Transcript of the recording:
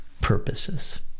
purposes